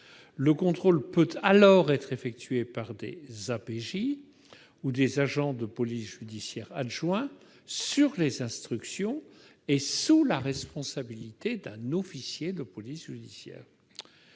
Le contrôle peut alors être effectué par des APJ ou des agents de police judiciaire adjoints sur les instructions et sous la responsabilité d'un officier de police judiciaire.